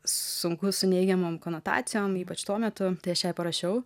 sunkus su neigiamom konotacijom ypač tuo metu tai aš jai parašiau